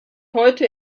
heute